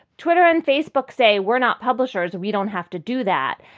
twitter and facebook say we're not publishers. we don't have to do that.